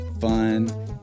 fun